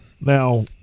Now